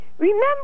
Remember